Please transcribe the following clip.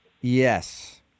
Yes